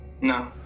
No